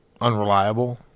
unreliable